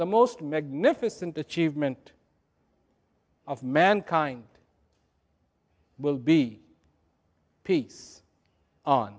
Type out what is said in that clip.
the most magnificent achievement of mankind will be